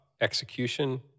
execution